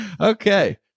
okay